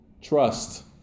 Trust